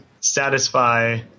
satisfy